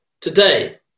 today